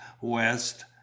west